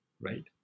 right